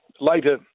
Later